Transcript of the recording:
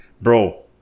Bro